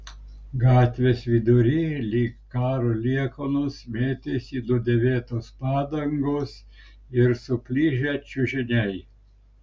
gatvės vidury lyg karo liekanos mėtėsi nudėvėtos padangos ir suplyšę čiužiniai